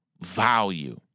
value